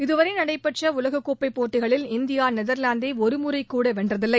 இதுவரை நடைபெற்ற உலக கோப்பை போட்டிகளில் இந்தியா நெதர்லாந்தை ஒருமுறைகூட வென்றதில்லை